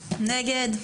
נגד?